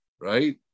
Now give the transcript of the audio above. right